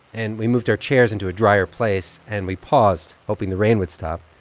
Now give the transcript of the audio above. and we moved our chairs into a drier place. and we paused, hoping the rain would stop.